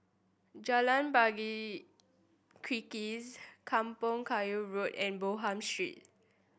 Jalan Pari Kikis Kampong Kayu Road and Bonham Street